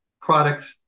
product